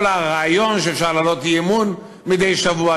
כל הרעיון שאפשר להעלות אי-אמון מדי שבוע,